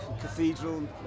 Cathedral